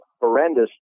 horrendous